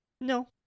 No